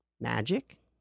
Magic